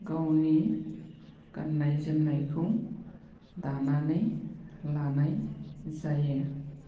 गावनि गाननाय जोमनाखौ दानानै लानाय जायो